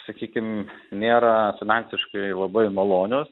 sakykim nėra finansiškai labai malonios